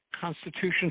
constitution